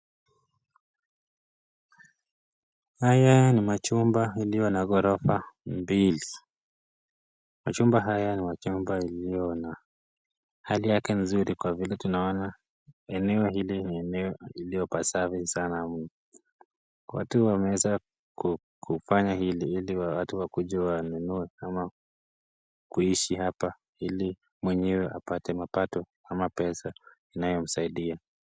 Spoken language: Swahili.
Haya ni majumba iliyo na ghorofa mbili, majumba haya ni yaliyo na hali yake ni nzrui kwa vile tunaona eneo hili lenyewe ni pasafi sana, watu wanweza kufanya hili ili watu wakuje wanunue ama kuishi hapa ili mwenyewe aweze kupata mapato ama pesa inayoweza kumsaidia.